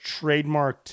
trademarked